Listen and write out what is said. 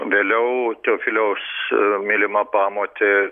vėliau teofiliaus mylima pamotė